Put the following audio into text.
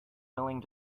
willing